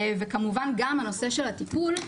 וכמובן גם הנושא של הטיפול,